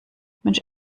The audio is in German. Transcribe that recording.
mensch